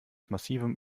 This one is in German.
massivem